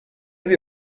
sie